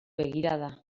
begirada